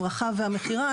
הברחה ומכירה,